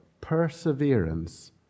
Perseverance